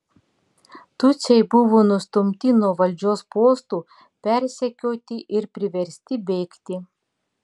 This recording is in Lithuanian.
tutsiai buvo nustumti nuo valdžios postų persekioti ir priversti bėgti